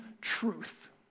truth